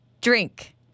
drink